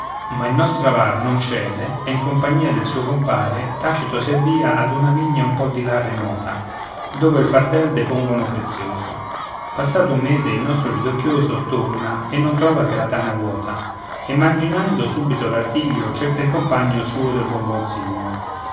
ma il nostro avar non cede e in compagnia del suo compare tacito si avvia ad una vigna un po di là remota dove il fardel depongono prezioso passato un mese il nostro pidocchioso torna e non trova che la tana vuota e immaginando subito l'artiglio cerca il compagno suo del buon